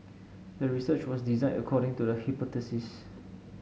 the research was designed according to the hypothesis